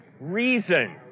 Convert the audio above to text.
reason